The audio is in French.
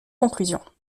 conclusions